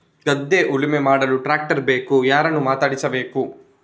ಗದ್ಧೆ ಉಳುಮೆ ಮಾಡಲು ಟ್ರ್ಯಾಕ್ಟರ್ ಬೇಕು ಯಾರನ್ನು ಮಾತಾಡಿಸಬೇಕು?